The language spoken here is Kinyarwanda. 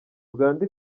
uganda